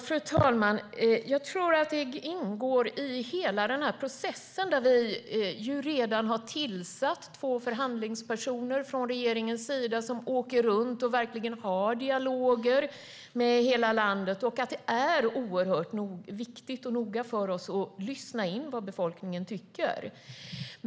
Fru talman! Jag tror att detta ingår i hela processen. Regeringen har redan tillsatt två förhandlingspersoner som åker runt och har dialog med hela landet. Det är viktigt för oss att lyssna in vad befolkningen tycker.